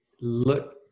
look